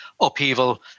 upheaval